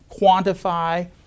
quantify